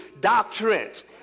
doctrines